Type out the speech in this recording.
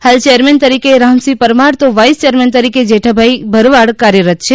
હાલ ચેરમેન તરીકે રામસીહ પરમાર તો વાઇસ ચેરમેન તરીકે જેઠાભાઇ ભરવાડ કાર્યરત છે